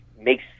makes